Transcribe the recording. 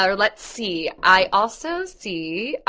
ah let's see. i also see,